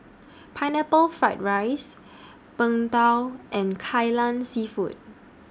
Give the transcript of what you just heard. Pineapple Fried Rice Png Tao and Kai Lan Seafood